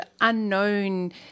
unknown